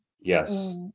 Yes